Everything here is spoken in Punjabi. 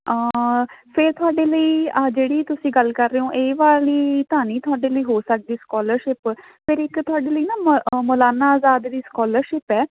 ਫਿਰ ਤੁਹਾਡੇ ਲਈ ਆਹ ਜਿਹੜੀ ਤੁਸੀਂ ਗੱਲ ਕਰ ਰਹੇ ਹੋ ਇਹ ਵਾਲੀ ਤਾਂ ਨਹੀਂ ਤੁਹਾਡੇ ਲਈ ਹੋ ਸਕਦੀ ਸਕੋਲਰਸ਼ਿਪ ਫਿਰ ਇੱਕ ਤੁਹਾਡੇ ਲਈ ਨਾ ਮ ਮੌਲਾਨਾ ਆਜ਼ਾਦੀ ਦੀ ਸਕਾਲਰਸ਼ਿਪ ਹੈ